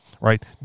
right